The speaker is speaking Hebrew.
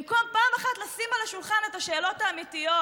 במקום פעם אחת לשים על השולחן את השאלות האמיתיות,